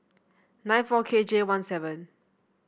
nine four K J one seven